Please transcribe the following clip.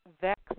vex